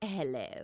Hello